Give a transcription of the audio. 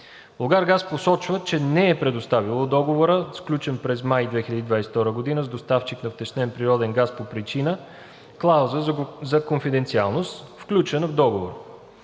„Булгаргаз“ посочва, че не е предоставило Ддоговора, сключен през май 2022 г. с доставчик на втечнен природен газ, по причина клауза за конфиденциалност, включена в Договора.